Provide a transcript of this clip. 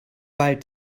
bald